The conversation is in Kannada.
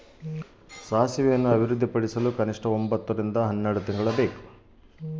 ಸಾಸಿವೆಯನ್ನು ಅಭಿವೃದ್ಧಿಪಡಿಸಲು ಎಷ್ಟು ತಿಂಗಳು ಬೇಕು?